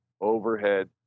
overhead